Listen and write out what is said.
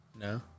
No